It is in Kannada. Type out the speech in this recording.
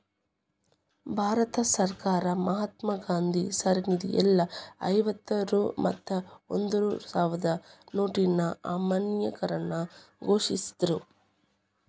ಭಾರತ ಸರ್ಕಾರ ಮಹಾತ್ಮಾ ಗಾಂಧಿ ಸರಣಿದ್ ಎಲ್ಲಾ ಐವತ್ತ ರೂ ಮತ್ತ ಒಂದ್ ರೂ ಸಾವ್ರದ್ ನೋಟಿನ್ ಅಮಾನ್ಯೇಕರಣ ಘೋಷಿಸಿದ್ರು